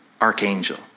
Archangel